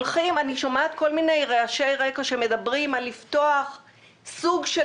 אני שומעת כל מיני רעשי רקע שמדברים על פתיחת סוג של